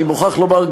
אני מוכרח לומר,